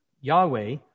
Yahweh